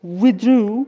withdrew